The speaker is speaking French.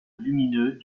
lumineux